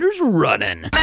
running